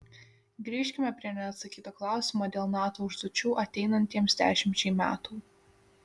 grįžkime prie neatsakyto klausimo dėl nato užduočių ateinantiems dešimčiai metų